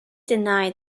denied